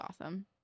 awesome